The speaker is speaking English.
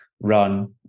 run